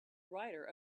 writer